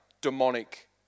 demonic